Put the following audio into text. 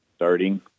starting